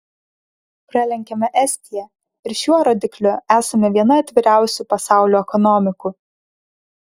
pralenkėme estiją ir šiuo rodikliu esame viena atviriausių pasaulių ekonomikų